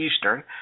Eastern